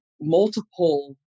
multiple